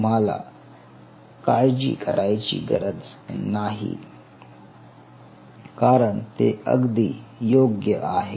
तुम्हाला काळजी करायची गरज नाही कारण ते अगदी योग्य आहे